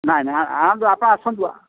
ନାଇଁ ନାଇଁ ଆଣନ୍ତୁ ଆପଣ ଆସନ୍ତୁ